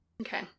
Okay